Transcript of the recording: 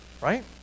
right